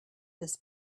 this